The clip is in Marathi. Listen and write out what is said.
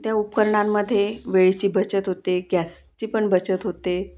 त्या उपकरणांमध्ये वेळेची बचत होते गॅसची पण बचत होते